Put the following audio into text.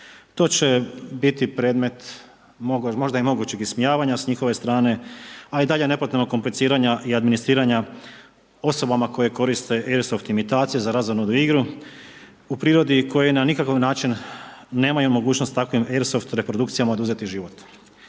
To će biti predmet možda i mogućeg ismijavanja s njihove strane, a i dalje nepotrebnog kompliciranja i administriranja osobama koje koriste airsoft imitacije za razonodu i igru u prirodi koji na nikakav način nemaju mogućnost takvim airsoft reprodukcijama oduzeti život.